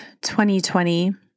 2020